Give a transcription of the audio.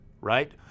Right